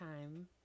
time